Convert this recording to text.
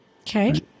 Okay